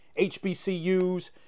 HBCUs